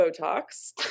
Botox